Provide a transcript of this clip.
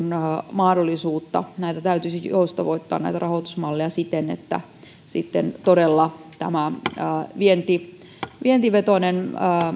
mahdollisuutta näitä rahoitusmalleja täytyisi joustavoittaa siten että todella myös tämä vientivetoinen